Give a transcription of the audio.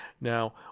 Now